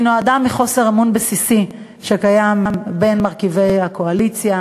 היא באה מחוסר אמון בסיסי בין מרכיבי הקואליציה,